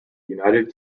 united